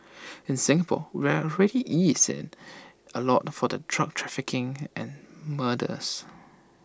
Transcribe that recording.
in Singapore we've already eased IT A lot for the drug trafficking and murders